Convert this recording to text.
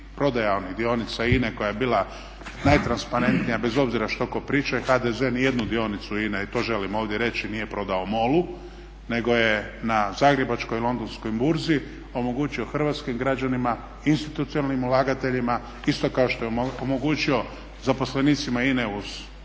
prodaja onih dionica INA-e koja je bila najtransparentnija bez obzira što tko pričao. HDZ ni jednu dionicu INA-e i to želim ovdje reći nije prodao MOL-u, nego je na Zagrebačkoj i Londonskoj burzi omogućio hrvatskim građanima, institucionalnim ulagateljima isto kao što je omogućio zaposlenicima INA-e uz